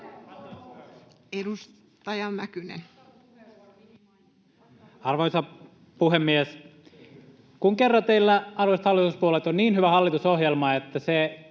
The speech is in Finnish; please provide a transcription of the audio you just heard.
13:16 Content: Arvoisa puhemies! Kun kerran teillä, arvoisat hallituspuolueet, on niin hyvä hallitusohjelma, että se